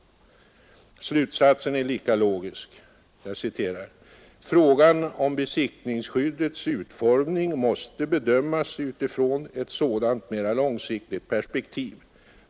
Slutsatsen är lika logisk: ”Frågan om besittningsskyddets utformning måste bedömas utifrån ett sådant mera långsiktigt perspektiv.